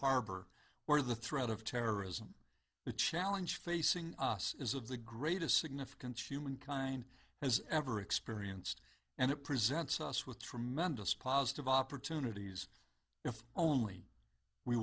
harbor where the threat of terrorism the challenge facing us is of the greatest significance humankind has ever experienced and it presents us with tremendous positive opportunities if only we